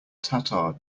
tatar